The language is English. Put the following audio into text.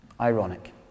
Ironic